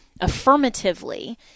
affirmatively